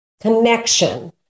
Connection